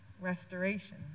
restoration